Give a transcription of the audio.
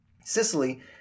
Sicily